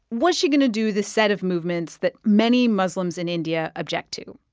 was she going to do this set of movements that many muslims in india object to?